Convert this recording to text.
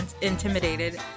intimidated